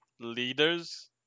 leaders